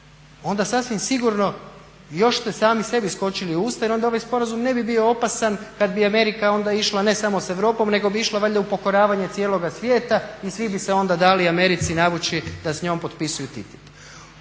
onda sasvim sigurno još ste sami sebi skočili u usta jer onda ovaj sporazum ne bi bio opasan kada bi Amerika onda išla ne samo sa Europom nego bi išla valjda u pokoravanje cijeloga svijeta i svi bi se onda dali Americi navući da s njom potpisuju TTIP.